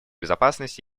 безопасности